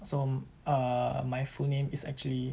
so err my full name is actually